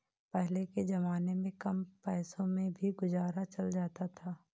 पहले के जमाने में कम पैसों में भी गुजारा चल जाता था